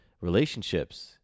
relationships